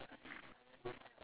okay your turn